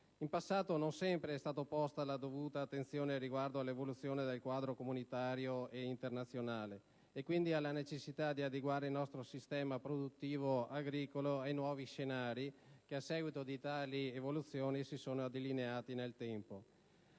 In passato, non sempre è stata posta adeguata attenzione all'evoluzione del quadro comunitario ed internazionale, e quindi alla necessità di adeguare il nostro sistema produttivo agricolo ai nuovi scenari che, a seguito di tali evoluzioni, si sono delineati nel tempo.